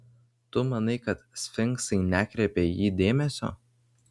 tu manai kad sfinksai nekreipia į jį dėmesio